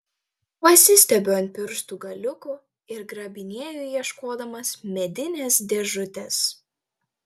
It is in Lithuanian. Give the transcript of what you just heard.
pasistiebiu ant pirštų galiukų ir grabinėju ieškodamas medinės dėžutės